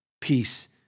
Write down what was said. Peace